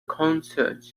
concert